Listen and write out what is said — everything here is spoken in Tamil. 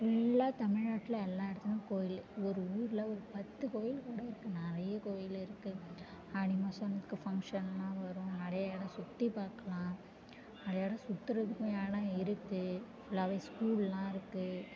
ஃபுல்லாக தமிழ்நாட்டில் எல்லா இடத்திலும் கோயில் ஒரு ஊரில் ஒரு பத்து கோயில்கூட இருக்கு நிறைய கோயில் இருக்கு ஆடி மாசோன்க்கு ஃபங்க்ஷன்லாம் வரும் நிறைய இடம் சுற்றி பார்க்கலாம் நிறைய இடம் சுற்றுறதுக்கும் இடம் இருக்கு ஃபுல்லாகவே ஸ்கூல்லாம் இருக்கு